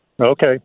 Okay